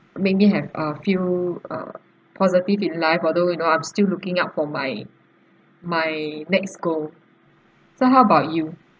make me have ah feel ah positive in life although you know I'm still looking out for my my next goal so how about you